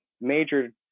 major